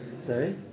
Sorry